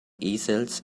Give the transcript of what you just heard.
easels